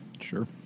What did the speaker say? Sure